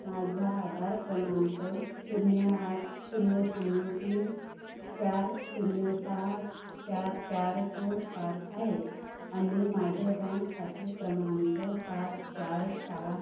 माझा आधार क्रमांक शून्य आठ शून्य शून्य तीन चार शून्य सहा चार चार दोन पाच आहे आणि माझे बँक खाते क्रमांक सात चार सहा